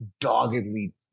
doggedly